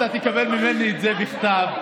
אתה תקבל ממני את זה בכתב,